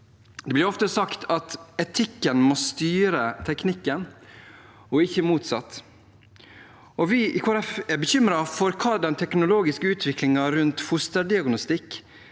Det blir ofte sagt at etikken må styre teknikken og ikke motsatt. Vi i Kristelig Folkeparti er bekymret for hva den teknologiske utviklingen rundt fosterdiagnostikk